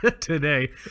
today